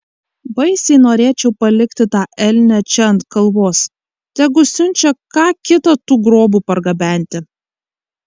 baisiai norėčiau palikti tą elnią čia ant kalvos tegu siunčia ką kitą tų grobų pargabenti